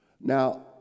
Now